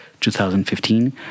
2015